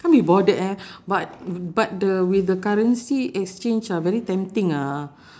can't be bordered eh but but the with the currency exchange ah very tempting ah